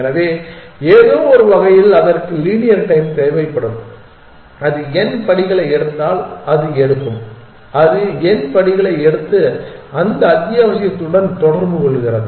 எனவே ஏதோவொரு வகையில் அதற்கு லீனியர் டைம் தேவைப்படும் அது n படிகளை எடுத்தால் அது எடுக்கும் அது n படிகளை எடுத்து அந்த அத்தியாவசியத்துடன் தொடர்பு கொள்கிறது